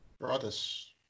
Brothers